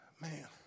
Man